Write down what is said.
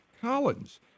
Collins